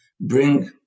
bring